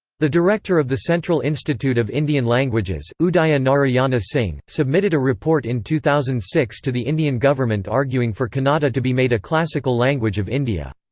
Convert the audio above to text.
the director of the central institute of indian languages, udaya narayana singh, submitted a report in two thousand and six to the indian government arguing for kannada to be made a classical language of india.